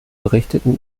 berichteten